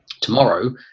tomorrow